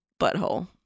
butthole